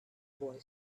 boy